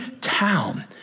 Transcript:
town